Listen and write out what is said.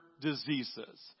diseases